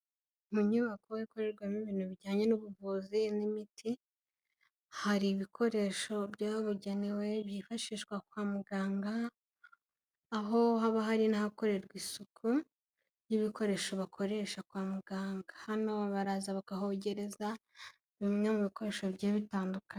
Mu nyubako ikorerwamo ibintu bijyanye n'ubuvuzi n'imiti, hari ibikoresho byabugenewe byifashishwa kwa muganga, aho haba hari n'ahakorerwa isuku y'ibikoresho bakoresha kwa muganga. Hano baraza bakahogereza bimwe mu bikoresho bigiye bitandukanye.